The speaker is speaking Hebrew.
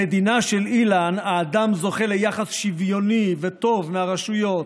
במדינה של אילן האדם זוכה ליחס שוויוני וטוב מהרשויות,